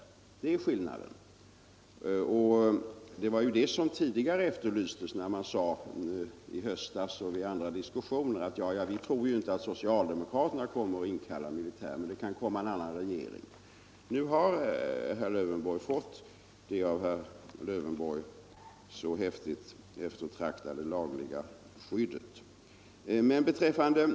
Det var ju det som efterlystes i olika tidigare diskussioner, bl.a. i höstas, när man sade: Vi tror inte att socialdemokraterna kommer att inkalla militär, men det kan komma en annan regering. Nu har herr Lövenborg fått det av honom så häftigt eftertraktade lagliga skyddet.